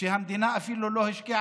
שהמדינה לא השקיעה,